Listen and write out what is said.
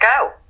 go